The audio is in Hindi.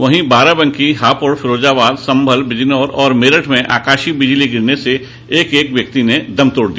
वहीं बाराबंकी हापुड़ फिरोजाबाद संभल बिजनौर और मेरठ में आकाशीय बिजली गिरने से एक एक व्यक्ति ने दम तोड़ दिया